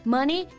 Money